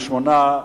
בעד, 28,